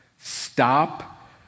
Stop